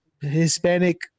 Hispanic